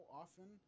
often